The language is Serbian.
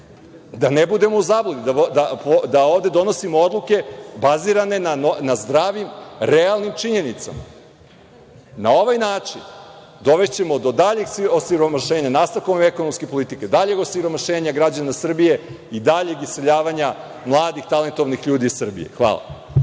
da ne budemo u zabludi, da ovde donosimo odluke bazirane na zdravim realnim činjenicama. Na ovaj način dovešćemo do daljeg osiromašenja nastavkom ekonomske politike, daljeg osiromašenja građana Srbije i daljeg iseljavanja mladih talentovanih ljudi iz Srbije.